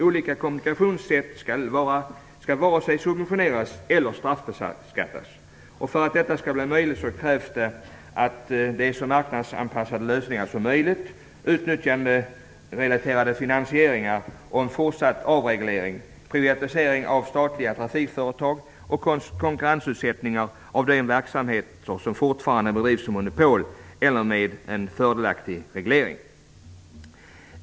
Olika kommunikationssätt skall varken subventioneras eller straffbeskattas. För att detta skall bli möjligt krävs så marknadsanpassade lösningar som möjligt, utnyttjanderelaterade finansieringar, fortsatt avreglering, privatisering av statliga trafikföretag, konkurrensutsättning av de verksamheter som fortfarande bedrivs som monopol och en fördelaktig reglering.